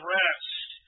rest